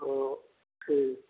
हँ ठीक